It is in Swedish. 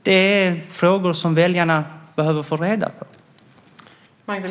Det är frågor som väljarna behöver få reda på svaren på.